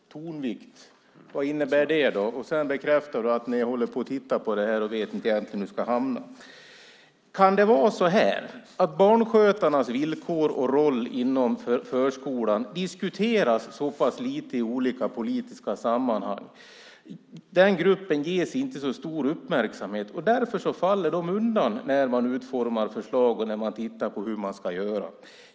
Vad innebär det? Sedan bekräftar du att ni håller på att titta på det här och inte vet var ni ska hamna. Kan det vara så att barnskötarnas villkor och roll inom förskolan diskuteras för lite i olika politiska sammanhang? Den gruppen ges inte så stor uppmärksamhet. Därför faller de undan när man utformar förslagen och tittar på hur man ska göra.